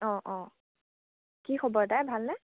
অঁ অঁ কি খবৰ তাইৰ ভালনে